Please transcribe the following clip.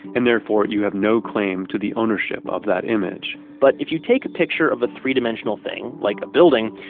and therefore you have no claim to the ownership of that image but if you take a picture of a three dimensional thing like a building,